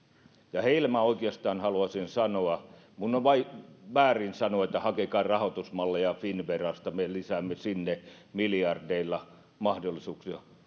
heille minä oikeastaan haluaisin sanoa minun on väärin sanoa että hakekaa rahoitusmalleja finnverasta me lisäämme sinne miljardeilla mahdollisuuksia että